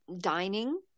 dining